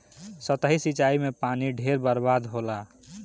सतही सिंचाई में पानी ढेर बर्बाद होला